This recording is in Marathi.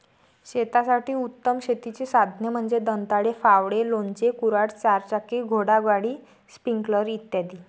शेतासाठी उत्तम शेतीची साधने म्हणजे दंताळे, फावडे, लोणचे, कुऱ्हाड, चारचाकी घोडागाडी, स्प्रिंकलर इ